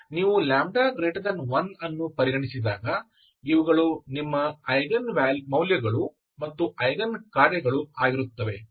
ಆದ್ದರಿಂದ ನೀವು λ1 ಅನ್ನು ಪರಿಗಣಿಸಿದಾಗ ಇವುಗಳು ನಿಮ್ಮ ಐಗನ್ ಮೌಲ್ಯಗಳು ಮತ್ತು ಐಗನ್ ಕಾರ್ಯಗಳು ಆಗಿರುತ್ತವೆ